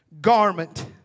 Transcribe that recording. garment